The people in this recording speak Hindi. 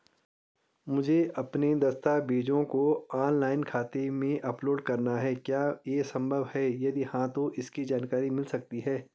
मुझे अपने दस्तावेज़ों को ऑनलाइन खाते में अपलोड करना है क्या ये संभव है यदि हाँ तो इसकी जानकारी मिल सकती है?